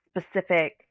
specific